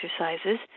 exercises